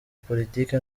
politiki